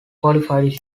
qualified